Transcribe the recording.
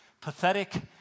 pathetic